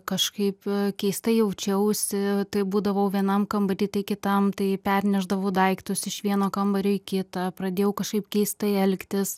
kažkaip keistai jaučiausi tai būdavau vienam kambary tai kitam tai pernešdavau daiktus iš vieno kambario į kitą pradėjau kažkaip keistai elgtis